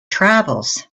travels